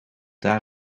daar